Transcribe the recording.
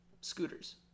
Scooters